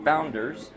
Founders